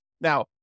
now